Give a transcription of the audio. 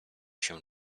się